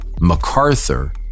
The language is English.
MacArthur